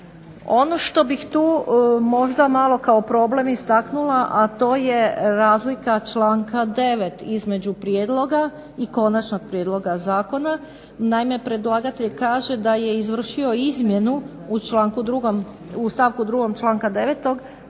Ono što bih tu možda malo kao problem istaknula, a to je razlika članka 9. između prijedloga i Konačnog prijedloga zakona. Naime, predlagatelj kaže da je izvršio izmjenu u stavku drugom članka 9.